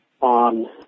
on